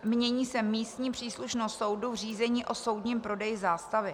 Mění se místní příslušnost soudu v řízení o soudním prodeji zástavy.